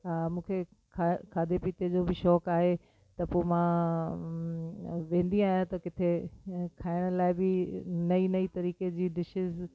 हा मूंखे खा खाधे पीते जो बि शौंक़ु आहे त पोइ मां वेंदी आहियां त किथे खाइण लाइ बि नई नई तरीक़े जी डिशेज